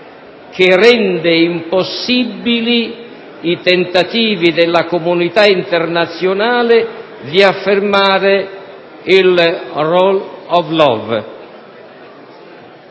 che rende impossibili i tentativi della comunità internazionale di affermare la *rule* *of*